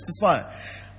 testify